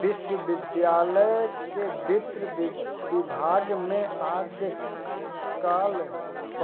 विश्वविद्यालय के वित्त विभाग में आज काल